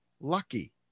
lucky